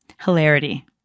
hilarity